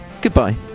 goodbye